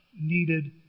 needed